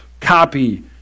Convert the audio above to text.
copy